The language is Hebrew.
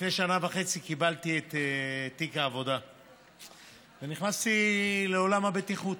לפני שנה וחצי קיבלתי את תיק העבודה ונכנסתי לעולם הבטיחות.